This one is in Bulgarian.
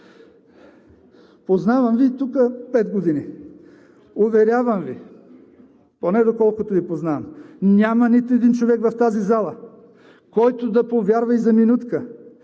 Познавам Ви и тук – пет години. Уверявам Ви, поне доколкото Ви познавам, няма нито един човек в тази зала, който да повярва и за минутка,